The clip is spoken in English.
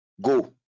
go